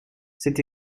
c’est